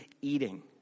eating